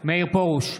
מאיר פרוש,